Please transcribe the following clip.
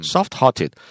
Soft-hearted